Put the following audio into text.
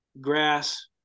grass